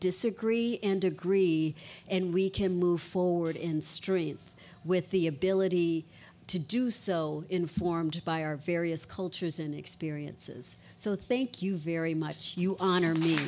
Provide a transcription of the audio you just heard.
disagree and agree and we can move forward in stream with the ability to do so informed by our various cultures and experiences so thank you very much you honor me